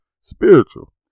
spiritual